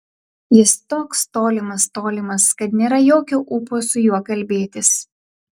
jis toks tolimas tolimas kad nėra jokio ūpo su juo kalbėtis